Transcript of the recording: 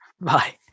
Bye